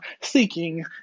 seeking